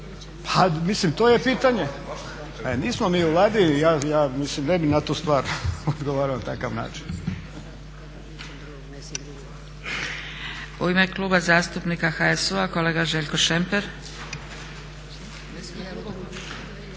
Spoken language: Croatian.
Pa mislim to je pitanje. E nismo mi u Vladi, ja mislim ne bih na tu stvar odgovarao na takav način. **Zgrebec, Dragica (SDP)** U ime Kluba zastupnika HSU-a kolega Željko Šemper.